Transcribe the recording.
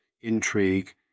intrigue